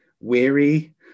weary